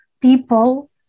people